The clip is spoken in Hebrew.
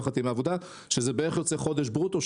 זה יוצא בערך חודש ברוטו,